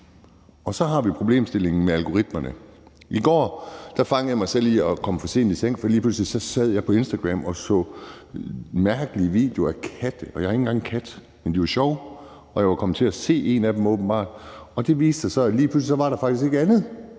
Så har vi problemstillingen med algoritmerne. I går fangede jeg mig selv i at komme for sent i seng, for lige pludselig sad jeg på Instagram og så mærkelige videoer af katte, og jeg har ikke engang kat selv. Men de var sjove, og jeg var åbenbart kommet til at se en af dem, og det viste sig, at lige pludselig var der ikke andet.